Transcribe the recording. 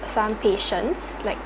some patients like